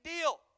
deal